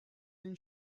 and